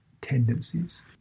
tendencies